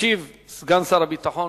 ישיב סגן שר הביטחון,